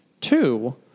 Two